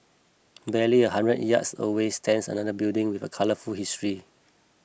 barely a hundred yards away stands another building with a colourful history